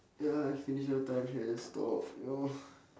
ya let's finish our time here just talk you know